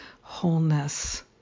wholeness